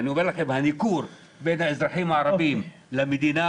אני אומר לכם: הניכור בין האזרחים הערבים למדינה